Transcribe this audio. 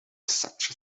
such